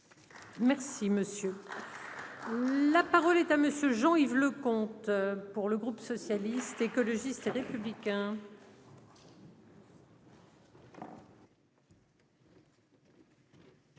Merci monsieur. La parole est à monsieur Jean Yves Le compte pour le groupe socialiste, écologiste et républicain.